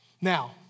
Now